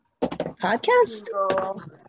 podcast